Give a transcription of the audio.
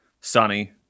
sunny